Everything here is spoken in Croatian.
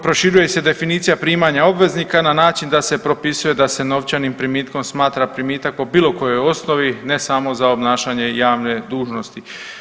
Proširuje se definicija primanja obveznika na način da se propisuje da se novčanim primitkom smatra primitak po bilo kojoj osnovi, ne samo za obnašanje javne dužnosti.